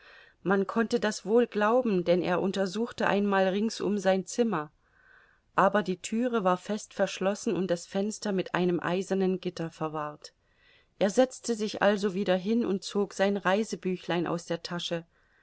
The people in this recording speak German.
man konnte das wohl glauben denn er untersuchte einmal ringsum sein zimmer aber die thüre war fest verschlossen und das fenster mit einem eisernen gitter verwahrt er setzte sich also wieder hin und zog sein reisebüchlein aus der tasche